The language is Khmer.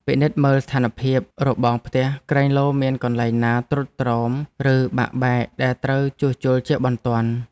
ពិនិត្យមើលស្ថានភាពរបងផ្ទះក្រែងលោមានកន្លែងណាទ្រុឌទ្រោមឬបាក់បែកដែលត្រូវជួសជុលជាបន្ទាន់។